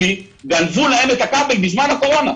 גנבו להם את הכבל בזמן הקורונה.